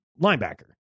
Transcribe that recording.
linebacker